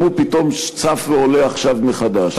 גם הוא פתאום צף ועולה עכשיו מחדש.